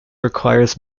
requires